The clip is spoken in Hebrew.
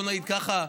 בוא נגיד ככה,